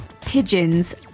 pigeons